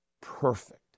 perfect